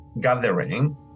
gathering